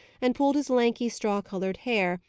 and pulled his lanky straw-coloured hair,